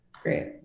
Great